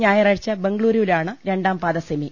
ഞായറാഴ്ച്ച ബംഗളൂരുവിലാണ് രണ്ടാം പാദ സെമി